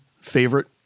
favorite